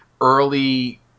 early